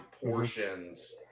portions